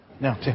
No